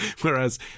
whereas